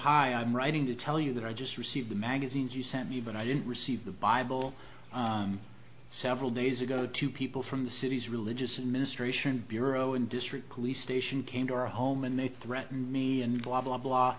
hi i'm writing to tell you that i just received the magazines you sent me but i didn't receive the bible several days ago two people from the cities religious ministration bureau and district police station came to our home and they threatened me and blah blah blah